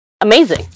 amazing